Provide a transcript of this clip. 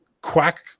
quack